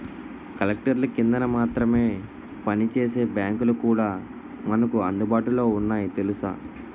కలెక్టర్ల కిందన మాత్రమే పనిచేసే బాంకులు కూడా మనకు అందుబాటులో ఉన్నాయి తెలుసా